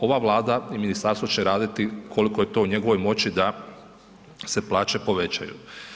Ova Vlada i ministarstvo će raditi koliko je to u njegovoj moći da se plaće povećaju.